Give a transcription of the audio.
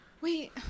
Wait